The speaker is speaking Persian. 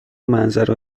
منظره